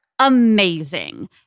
amazing